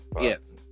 yes